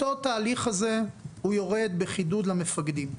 התהליך הזה יורד בחידוד למפקדים.